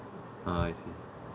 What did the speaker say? ah I see